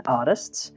artists